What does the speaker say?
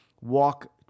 walk